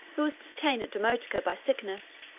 who was detained at demotica by sickness,